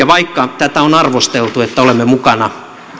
vaikka tätä on arvosteltu että olemme mukana